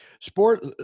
sport